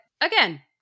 again